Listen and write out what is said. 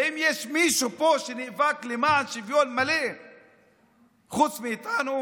האם יש מישהו פה שנאבק למען שוויון מלא חוץ מאיתנו?